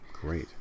great